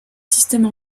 système